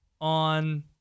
on